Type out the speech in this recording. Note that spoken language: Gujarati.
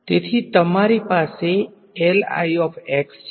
તેથી તમારી પાસે છે